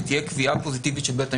שתהיה קביעה פוזיטיבית של בית המשפט.